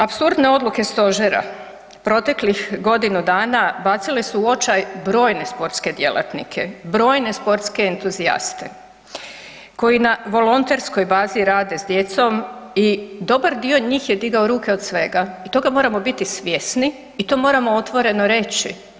Apsurdne odluke stožera proteklih godinu dana bacile su u očaj brojne sportske djelatnike, brojne sportske entuzijaste koji na volonterskoj bazi rade s djecom i dobar dio njih je digao ruke od svega i toga moramo biti svjesni i to moramo otvoreno reći.